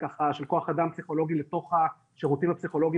של כוח אדם פסיכולוגי לתוך השירותים הפסיכולוגים